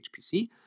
HPC